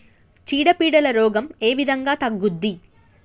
చీడ పీడల రోగం ఏ విధంగా తగ్గుద్ది?